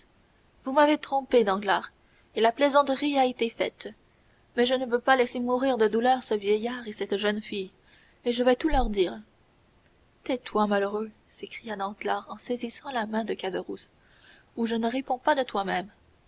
vous m'avez trompé danglars et la plaisanterie a été faite mais je ne veux pas laisser mourir de douleur ce vieillard et cette jeune fille et je vais tout leur dire tais-toi malheureux s'écria danglars en saisissant la main de caderousse ou je ne réponds pas de toi-même